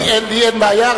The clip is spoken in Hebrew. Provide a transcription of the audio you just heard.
לי אין בעיה,